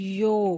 yo